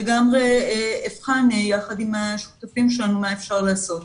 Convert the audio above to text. ואני לגמרי אבחן יחד עם השותפים שלנו מה אפשר לעשות.